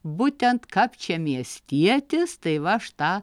būtent kapčiamiestietis tai va aš tą